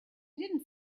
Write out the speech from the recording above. didn’t